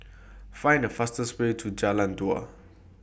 Find The fastest Way to Jalan Dua